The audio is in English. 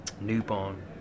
newborn